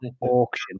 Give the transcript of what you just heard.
auction